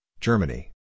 Germany